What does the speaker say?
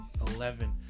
Eleven